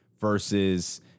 versus